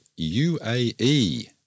UAE